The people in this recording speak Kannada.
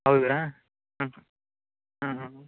ಹೌದಾ ಹ್ಞೂ ಹ್ಞೂ ಹ್ಞೂ